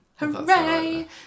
Hooray